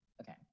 okay